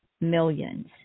millions